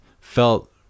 felt